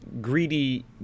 greedy